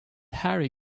harry